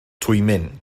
twymyn